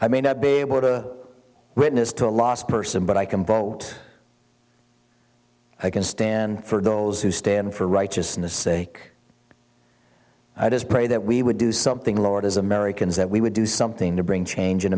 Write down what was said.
i may not be able to witness to a lost person but i can vote i can stand for those who stand for righteousness sake i just pray that we would do something lord as americans that we would do something to bring change in